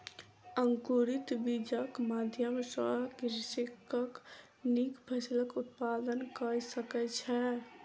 अंकुरित बीजक माध्यम सॅ कृषक नीक फसिलक उत्पादन कय सकै छै